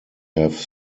have